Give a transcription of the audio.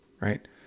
right